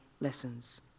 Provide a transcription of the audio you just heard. lessons